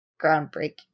groundbreaking